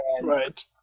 Right